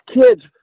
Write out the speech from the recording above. kids